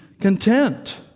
content